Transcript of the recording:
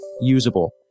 usable